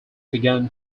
began